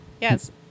Yes